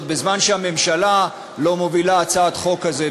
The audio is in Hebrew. בזמן שהממשלה לא מובילה הצעת חוק כזאת,